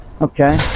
Okay